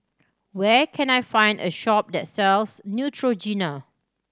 where can I find a shop that sells Neutrogena